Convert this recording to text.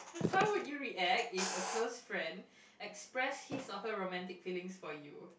how would you react if a close friend express his or her romantic feelings for you